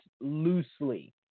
loosely